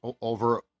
over